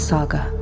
Saga